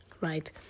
right